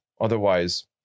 otherwise